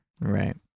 Right